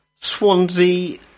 Swansea